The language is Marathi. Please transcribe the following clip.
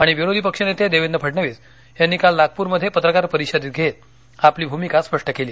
आणि विरोधी पक्ष नेते देवेंद्र फडणवीस यांनी काल नागपूरमध्ये पत्रकार परिषद घेत आपली भूमिका स्पष्ट केली